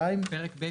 סימן.